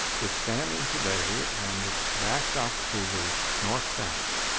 it's standing today and it's backed up to the north fence.